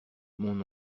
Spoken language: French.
mon